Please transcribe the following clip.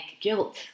guilt